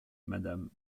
mrs